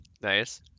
Nice